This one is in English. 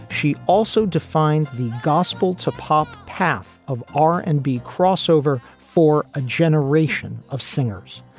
she also defined the gospel to pop path of r and b crossover for a generation of singers,